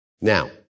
Now